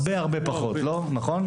הרבה-הרבה פחות, נכון?